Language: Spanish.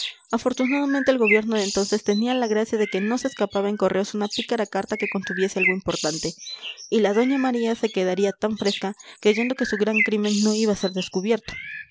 afortunadamente el gobierno de entonces tenía la gracia de que no se escapaba en correos una pícara carta que contuviese algo importante y la doña maría se quedaría tan fresca creyendo que su gran crimen no iba a ser descubierto